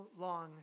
long